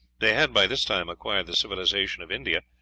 they had by this time acquired the civilization of india,